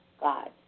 God